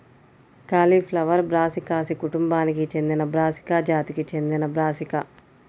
cauliflower బ్రాసికాసి కుటుంబానికి చెందినబ్రాసికా జాతికి చెందినబ్రాసికా